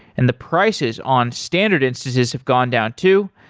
and the prices on standard instances have gone down too.